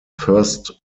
first